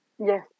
yes